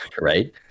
Right